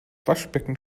waschbecken